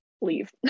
leave